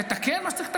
תתקן מה שצריך לתקן,